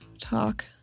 talk